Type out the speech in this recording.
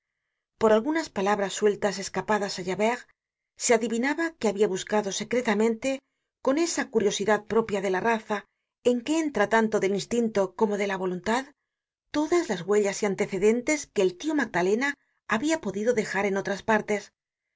por algunas palabras sueltas escapadas á javert se adivinaba que habia buscado secretamente con esa curiosidad propia de la raza en que entra tanto del instinto como de la voluntad todas las huellas y ante cedentes que el tio magdalena habia podido dejar en otras partes